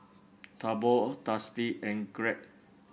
Taobao Tasty and Glade